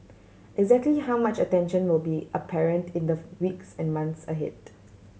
exactly how much attention will be apparent in the weeks and months ahead